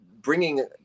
bringing